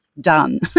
done